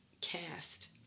cast